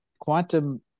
quantum